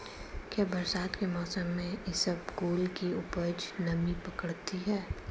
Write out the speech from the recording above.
क्या बरसात के मौसम में इसबगोल की उपज नमी पकड़ती है?